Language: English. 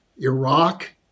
Iraq